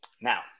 Now